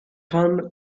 fan